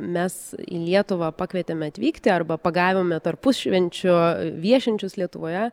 mes į lietuvą pakvietėme atvykti arba pagavome tarpušvenčiu viešinčius lietuvoje